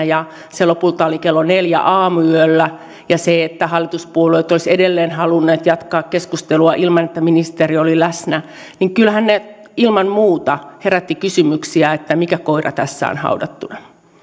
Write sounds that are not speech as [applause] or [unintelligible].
[unintelligible] ja se lopulta oli kello neljällä aamuyöllä ja se että hallituspuolueet olisivat edelleen halunneet jatkaa keskustelua ilman että ministeri oli läsnä kyllähän ne ilman muuta herättivät kysymyksiä että mikä koira tässä on haudattuna